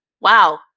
wow